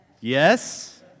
Yes